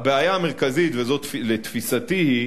הבעיה המרכזית, וזאת לתפיסתי, היא